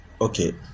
okay